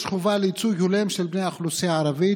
יש חובה לייצוג הולם של בני האוכלוסייה הערבית